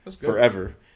forever